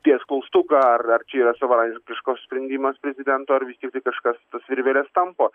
ties klaustuką ar ar čia yra savarankiškas sprendimas prezidento ar vis tik tai kažkas tas virveles tampo